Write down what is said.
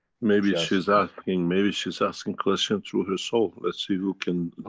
maybe she is asking. maybe she is asking questions through her soul. let's see who can